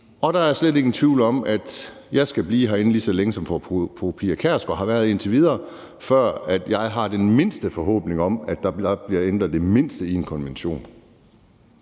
Og der er slet ingen tvivl om, at jeg skal blive herinde lige så længe, som fru Pia Kjærsgaard har været her indtil videre, før jeg kan have den mindste forhåbning om, at der bliver ændret det mindste i en konvention.